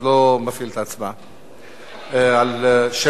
על שם החוק,